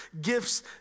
gifts